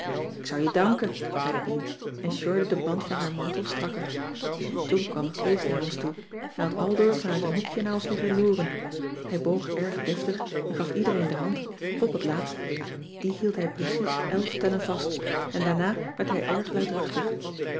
ik zou je danken zei pien en sjorde den band van haar mantel strakker toen kwam kees naar ons toe hij had aldoor vanuit een hoekje naar ons liggen loeren hij boog erg deftig en gaf iedereen de hand pop het laatst die hield hij precies elf tellen vast en daarna werd hij erg luidruchtig